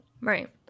Right